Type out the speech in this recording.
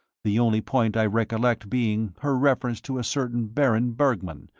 the only point i recollect being her reference to a certain baron bergmann,